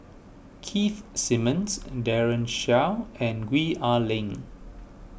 Keith Simmons Daren Shiau and Gwee Ah Leng